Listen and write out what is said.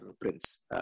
Prince